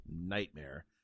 Nightmare